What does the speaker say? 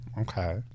Okay